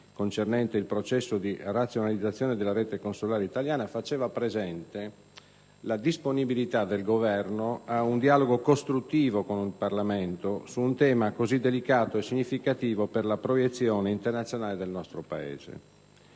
concernente il processo di razionalizzazione della rete consolare italiana, faceva presente la disponibilità del Governo ad un dialogo costruttivo con il Parlamento su un tema così delicato e significativo per la proiezione internazionale del nostro Paese.